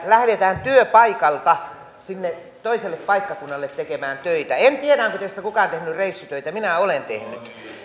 lähdetään työpaikalta toiselle paikkakunnalle tekemään töitä en tiedä onko teistä kukaan tehnyt reissutöitä minä olen tehnyt